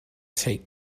take